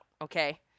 okay